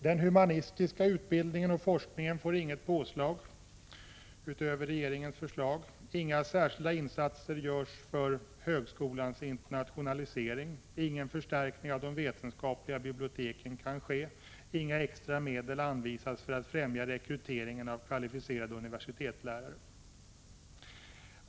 Den humanistiska utbildningen och forskningen får inget påslag utöver regeringens förslag. Inga särskilda insatser görs för högskolans internationalisering. Ingen förstärkning av de vetenskapliga biblioteken kan ske. Inga extra medel anvisas för att främja rekryteringen av kvalificerade universitetslärare.